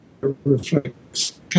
reflects